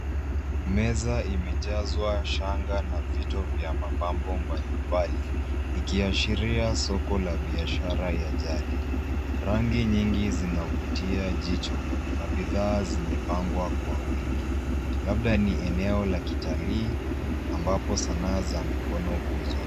Meza imejazwa shanga na vito vya mapambo mbali mbali, ikiashiria soko la biashara ya jadi. Rangi nyingi zinavutia jicho, na bidhaa zimepangwa kwa wingi, labda ni eneo la kitalii, ambapo sanaa za mikono huuzwa.